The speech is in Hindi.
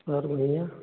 और धनिया